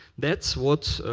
that's what,